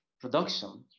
production